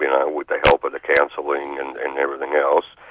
you know with the help of the counselling and and everything else,